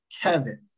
kevin